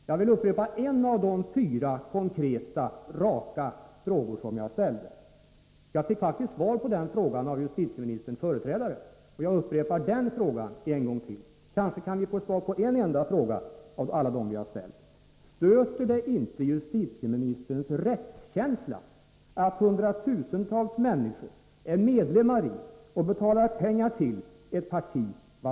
Jag vill upprepa en av de fyra raka, konkreta frågor som jag ställde. Jag fick faktiskt svar på den frågan av justitieministerns företrädare. Jag vill upprepa den frågan en gång till — kanske kan vi få svar på en enda fråga av alla dem som vi har ställt.